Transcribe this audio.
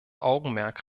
augenmerk